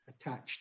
attached